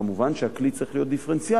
כמובן, הכלי צריך להיות דיפרנציאלי.